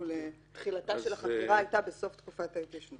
שתחילתה של החקירה הייתה בסוף תקופת ההתיישנות.